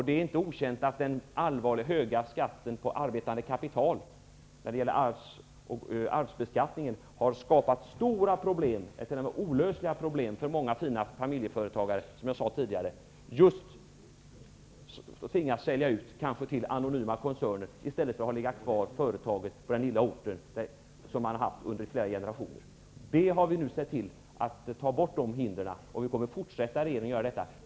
Det är inte heller okänt att den allvarligt höga skatten på arbetande kapital när det gäller arvsbeskattning har skapat stora problem -- t.o.m. olösliga problem -- för många familjeföretagare. Företagare som tvingats sälja ut till anonyma koncerner i stället för att kunna låta det lilla företaget, som man haft i generationer, ligga kvar på den lilla orten. Vi ser nu till att dessa hinder tas bort, och vi kommer att fortsätta arbeta i den riktningen.